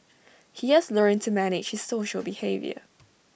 he has learnt to manage his social behaviour